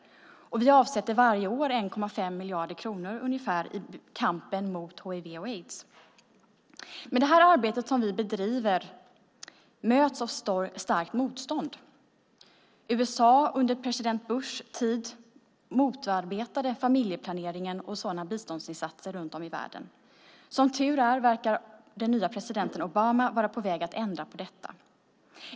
Vi avsätter varje år ungefär 1,5 miljarder kronor i kampen mot hiv och aids. Men det här arbetet som vi bedriver möts av starkt motstånd. USA motarbetade under president Bushs tid familjeplanering och sådana biståndsinsatser runt om i världen. Som tur är verkar den nye presidenten Obama vara på väg att ändra på detta.